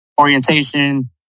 orientation